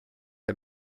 der